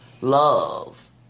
love